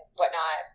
whatnot